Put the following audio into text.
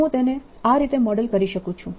અને હું તેને આ રીતે મોડલ કરી શકું છું